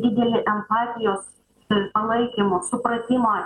didelę empatijos ir palaikymo supratimą